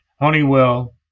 Honeywell